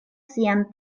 sian